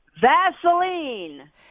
Vaseline